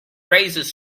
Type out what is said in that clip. raises